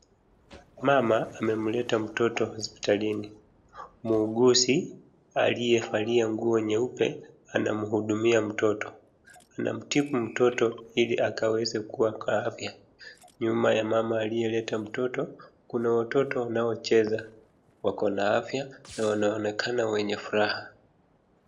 Mama amemleta mtoto hospitalini, muuguzi aliyevalia nguo nyeupe anamhudumia mtoto. Anamtibu mtoto ili akaweze kuwa na afya. Nyuma ya mama aliyeleta mtoto kuna watoto wanaocheza, wako na afya na wanaonekana wenye furaha.